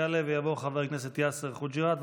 יעלה ויבוא חבר הכנסת יאסר חוג'יראת,